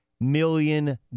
million